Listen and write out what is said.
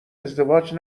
ازدواج